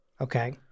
Okay